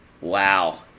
Wow